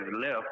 left